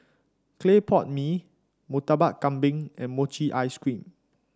Clay Pot Mee Murtabak Kambing and Mochi Ice Cream